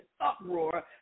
uproar